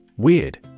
Weird